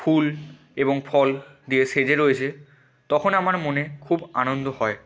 ফুল এবং ফল দিয়ে সেজে রয়েছে তখন আমার মনে খুব আনন্দ হয়